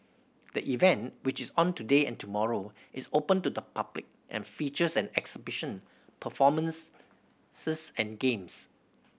the event which is on today and tomorrow is open to the public and features an exhibition performance and games